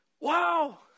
wow